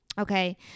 Okay